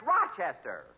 Rochester